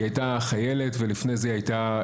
היא הייתה חיילת ולפני זה היא הייתה